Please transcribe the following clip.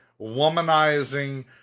womanizing